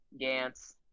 Gantz